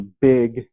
big